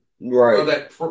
Right